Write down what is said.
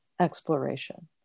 exploration